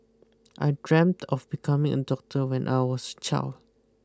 I dreamt of becoming a doctor when I was child